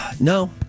No